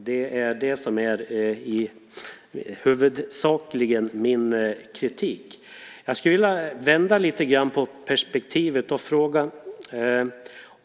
Det är det som huvudsakligen också är min kritik. Jag skulle vilja vända lite grann på perspektivet.